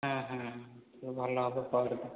ହଁ ହଁ ଭଲ ହେବ ପରଦିନ